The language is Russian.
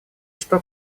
что